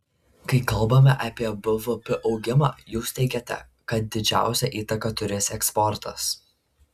kai kalbame apie bvp augimą jūs teigiate kad didžiausią įtaką turės eksportas